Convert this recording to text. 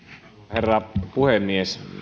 herra puhemies